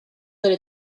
delle